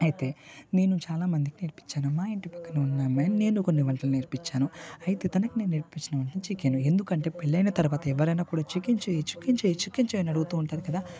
అయితే నేను చాలామందికి నేర్పించాను మా ఇంటి పక్కన ఉన్న అమ్మాయికి నేను కొన్ని వంటలు నేర్పించాను అయితే తనకి నేను నేర్పించిన వంట చికెను ఎందుకంటే పెళ్లయిన తర్వాత ఎవరైనా కూడా చికెన్ చెయ్యి చికెన్ చెయ్యి చికెన్ చెయ్యి అని అడుగుతు ఉంటారు కదా